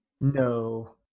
No